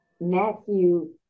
Matthew